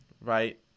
Right